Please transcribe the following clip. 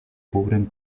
cubren